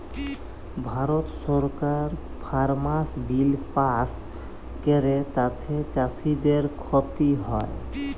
ভারত সরকার farmers bill pass ক্যরে তাতে চাষীদের খ্তি হ্যয়